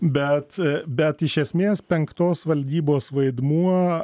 bet bet iš esmės penktos valdybos vaidmuo